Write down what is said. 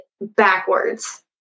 backwards